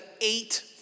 eight